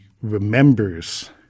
remembers